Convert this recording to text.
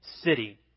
city